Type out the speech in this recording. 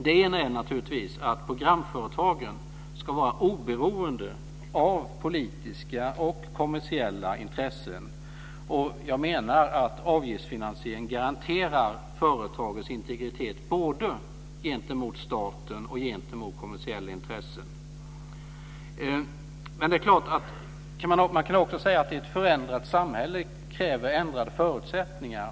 Den första är att programföretagen ska vara oberoende av politiska och kommersiella intressen, och jag menar att avgiftsfinansiering garanterar företagets integritet både gentemot staten och gentemot kommersiella intressen. Man kan också säga att ett förändrat samhälle kräver ändrade förutsättningar.